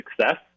success